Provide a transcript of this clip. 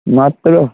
মাত্র